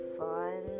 fun